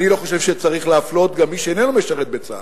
אני לא חושב שצריך להפלות גם מי שאיננו משרת בצה"ל,